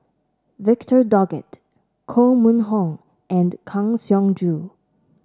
Victor Doggett Koh Mun Hong and Kang Siong Joo